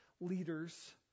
leaders